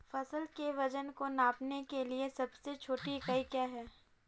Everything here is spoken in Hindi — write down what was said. फसल के वजन को नापने के लिए सबसे छोटी इकाई क्या है?